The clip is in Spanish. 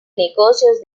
negocios